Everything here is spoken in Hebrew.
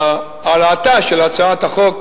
שהעלאתה של הצעת החוק